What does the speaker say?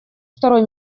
второй